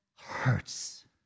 hurts